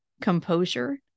composure